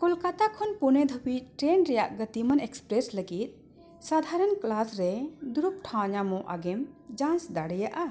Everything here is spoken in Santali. ᱠᱚᱞᱠᱟᱛᱟ ᱠᱷᱚᱱ ᱯᱩᱱᱮ ᱫᱷᱟᱹᱵᱤᱡ ᱴᱨᱮᱹᱱ ᱨᱮᱭᱟᱜ ᱜᱚᱛᱤᱢᱟᱱ ᱮᱠᱯᱨᱮᱥ ᱞᱟᱹᱜᱤᱫ ᱥᱟᱫᱷᱟᱨᱚᱱ ᱠᱮᱞᱟᱥ ᱨᱮ ᱫᱩᱲᱩᱵ ᱴᱷᱟᱶ ᱧᱟᱢᱚᱜ ᱟᱜᱮᱱ ᱡᱟᱪ ᱫᱟᱲᱮᱭᱟᱜᱼᱟ